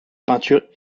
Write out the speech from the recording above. peinture